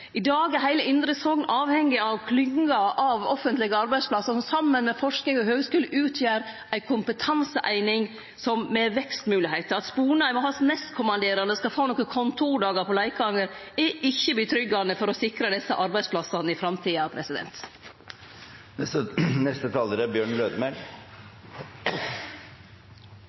I dag er heile indre Sogn avhengig av klynger av offentlege arbeidsplassar som saman med forsking og høgskule utgjer ei kompetanseeining med vekstmoglegheiter. At Lars Sponheim og hans nestkommanderande skal få nokre kontordagar på Leikanger, er ikkje tryggjande for å sikre desse arbeidsplassane i framtida.